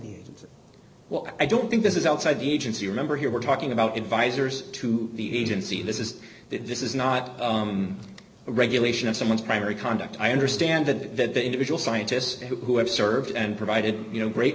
what i don't think this is outside the agency remember here we're talking about advisers to the agency this is this is not a regulation of someone's primary conduct i understand that the individual scientists who have served and provided you know great